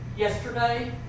Yesterday